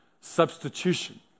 substitution